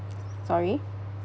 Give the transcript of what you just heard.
sorry